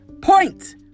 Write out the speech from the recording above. point